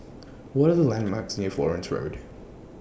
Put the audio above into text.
What Are The landmarks near Florence Road